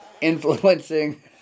influencing